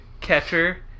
catcher